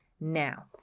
Now